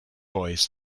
voice